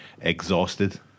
exhausted